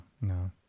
no